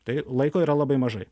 tai laiko yra labai mažai